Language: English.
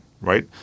right